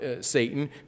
Satan